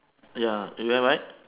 ya you have right